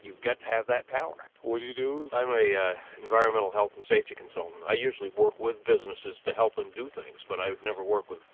you've got to have that power. what do you do? i'm an environmental health and safety consultant. i usually work with businesses to help them do things, but i would never work with